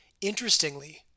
Interestingly